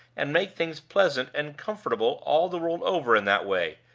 and make things pleasant and comfortable all the world over in that way?